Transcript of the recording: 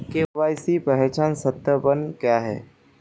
KYC पहचान सत्यापन क्या है?